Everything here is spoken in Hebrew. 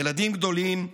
ילדים גדולים,